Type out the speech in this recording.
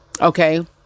Okay